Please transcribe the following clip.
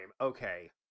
Okay